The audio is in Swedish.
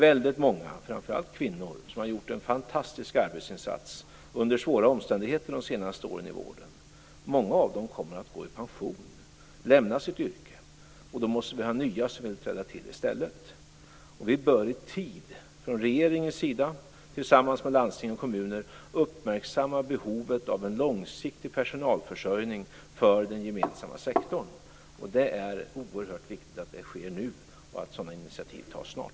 Väldigt många, framför allt kvinnor, har under de senaste åren gjort en fantastisk arbetsinsats under svåra omständigheter i vården. Många av dem kommer att gå i pension och lämna sitt yrke, och då måste vi ha nya som vill träda till i stället. Vi bör i tid, från regeringens sida tillsammans med landsting och kommuner, uppmärksamma behovet av en långsiktig personalförsörjning för den gemensamma sektorn. Det är oerhört viktigt att det sker nu och att sådana initiativ tas snart.